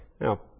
Now